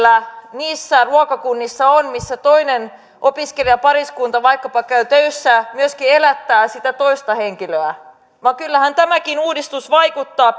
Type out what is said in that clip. niissä ruokakunnissa on missä toinen opiskelijapariskunnasta vaikkapa käy töissä myöskin elättää sitä toista henkilöä vaan kyllähän tämäkin uudistus vaikuttaa